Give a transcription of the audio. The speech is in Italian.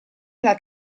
alla